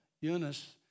Eunice